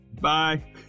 bye